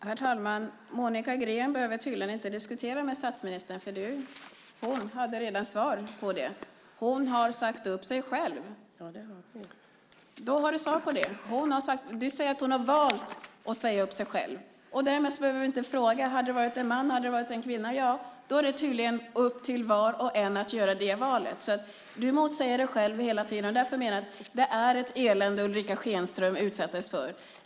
Herr talman! Monica Green behöver inte diskutera detta med statsministern, för hon har själv redan gett svaret: Ulrica Schenström har sagt upp sig själv! Du säger att hon har valt att säga upp sig själv. Därmed behöver du inte fråga om det skulle ha varit annorlunda om det hade varit en man. Det är upp till var och en att göra valet att säga upp sig. Du motsäger dig själv hela tiden. Jag menar att det var ett elände som Ulrica Schenström utsattes för.